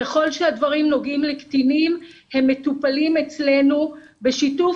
ככל שהדברים נוגעים לקטינים הם מטופלים אצלנו בשיתוף